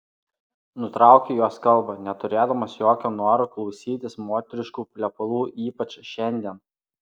nutraukiu jos kalbą neturėdamas jokio noro klausytis moteriškų plepalų ypač šiandien